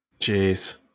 Jeez